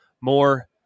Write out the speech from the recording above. more